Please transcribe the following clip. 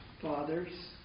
fathers